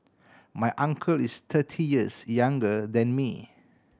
my uncle is thirty years younger than me